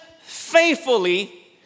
faithfully